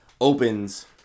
opens